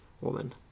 woman